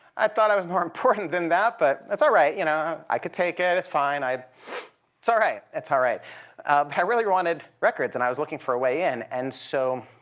i thought i was more important than that, but that's all right, you know? i could take it. it's fine. it's all right. it's all right. but i really wanted records and i was looking for a way in and so